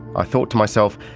i thought to myself,